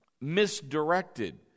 misdirected